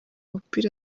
mupira